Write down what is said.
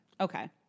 Okay